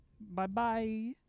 Bye-bye